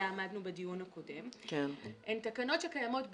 עמדנו בדיון הקודם הן תקנות שקיימות בחוק.